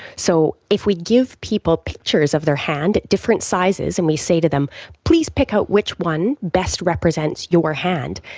so if we give people pictures of their hand at different sizes and we say to them please pick out which one best represents your hand,